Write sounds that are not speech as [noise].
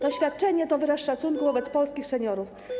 To oświadczenie [noise] to wyraz szacunku wobec polskich seniorów.